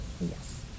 Yes